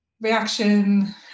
reaction